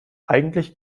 eigentlich